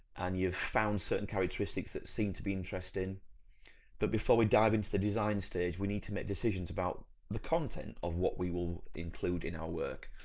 and you've found certain characteristics that seem to be interesting but before we dive into the design stage we need to make decisions about the content of what we will include in our work,